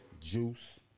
Juice